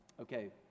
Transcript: Okay